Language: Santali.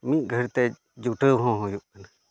ᱢᱤᱫ ᱜᱷᱟᱹᱲᱤᱡᱛᱮ ᱡᱩᱴᱟᱹᱣ ᱦᱚᱸ ᱦᱩᱭᱩᱜ ᱠᱟᱱᱟ